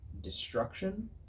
destruction